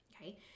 okay